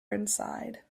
inside